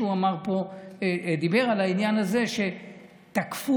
שנים רבות מגיעים יהודים רבים ופוקדים את ציונו ומתפללים שם לישועות,